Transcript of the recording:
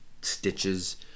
stitches